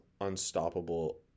unstoppable